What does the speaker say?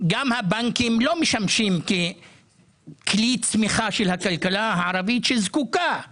גם הבנקים לא משמשים ככלי צמיחה של הכלכלה הערבית שזקוקה לעידוד,